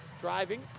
driving